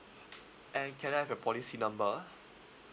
and can I have your policy number